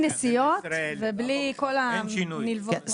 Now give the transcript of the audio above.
מינימום, ובלי נסיעות ובלי כל הנלווים.